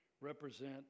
represent